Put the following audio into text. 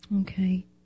Okay